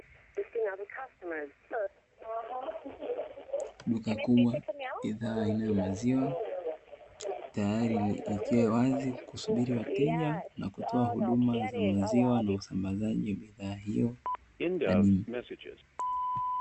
Duka kubwa la bidhaa aina ya maziwa tayari likiwa wazi kusubiri wateja na kutoa huduma za maziwa na usambazaji wa bidhaa hiyo hadimu.